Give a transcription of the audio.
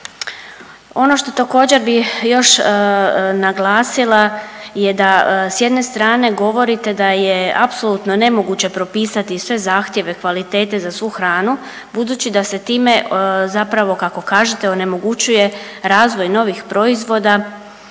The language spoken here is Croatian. Ono što također bi još naglasila je da s jedne strane govorite da je apsolutno nemoguće propisati sve zahtjeve kvalitete za svu hranu budući da se time zapravo kako kažete onemogućuje razvoj novih proizvoda